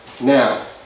now